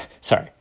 Sorry